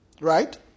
Right